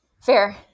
fair